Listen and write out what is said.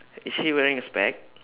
is she wearing a spec